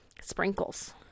sprinkles